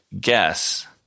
guess